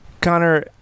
Connor